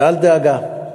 ואל דאגה,